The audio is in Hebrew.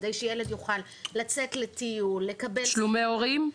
כדי שילד יוכל לצאת לטיול --- תשלומי הורים?